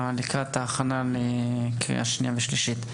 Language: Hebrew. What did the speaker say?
לקראת ההכנה לקריאה שנייה ושלישית.